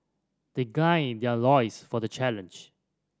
they guy their loins for the challenge